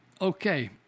okay